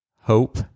hope